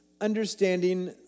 understanding